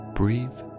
breathe